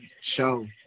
show